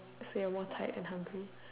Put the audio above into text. say one more time I'm hungry